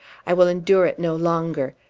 i will endure it no longer!